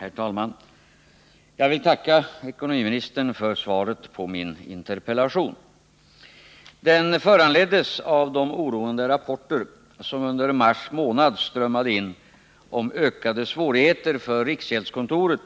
Herr talman! Jag vill tacka ekonomiministern för svaret på min interpellation. Interpellationen föranleddes av de oroande rapporter som under mars månad strömmade in om ökade svårigheter för riksgäldskontoret